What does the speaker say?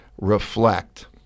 reflect